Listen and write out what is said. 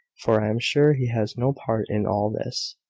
for i am sure he has no part in all this.